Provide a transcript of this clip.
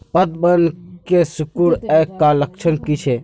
पतबन के सिकुड़ ऐ का लक्षण कीछै?